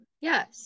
Yes